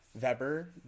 Weber